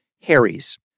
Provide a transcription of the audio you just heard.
Harry's